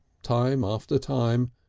time after time,